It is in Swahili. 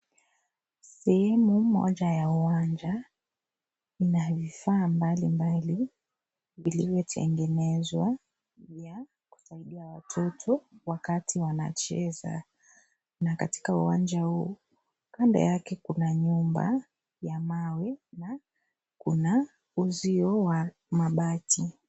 Sehemu moja ya uwanja, inavifaa mbalimbali vilivyo tengenezwa vya kusaidia watoto wakati wanacheza na katika uwanja huu, kando yake kuna nyumba ya mawe na kuna uzio wa mabati.